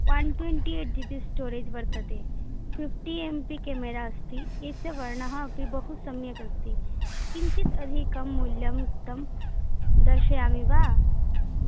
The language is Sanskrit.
one twenty eight G B storage वर्तते फ़िफ़्टि एम् पी केमेरा अस्ति अस्य वर्णः अपि बहुसम्यक् अस्ति किञ्चित् अधिकं मूल्यं तं दर्शयामि वा